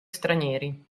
stranieri